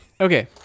Okay